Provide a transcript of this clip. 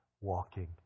walking